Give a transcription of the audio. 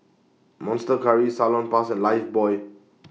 Monster Curry Salonpas and Lifebuoy